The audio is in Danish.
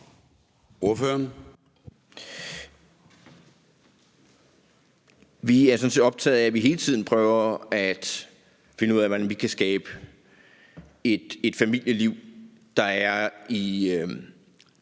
er sådan set optaget af, at vi hele tiden prøver at finde ud af, hvordan vi kan skabe et familieliv, der gør,